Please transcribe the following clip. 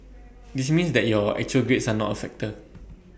this means that your actual grades are not A factor